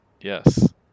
Yes